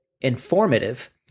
informative